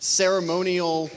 ceremonial